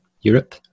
Europe